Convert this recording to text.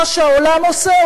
מה שהעולם עושה,